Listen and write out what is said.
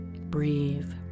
Breathe